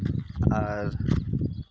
ᱟᱨ